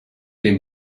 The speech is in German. den